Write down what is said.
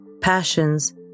passions